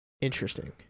Interesting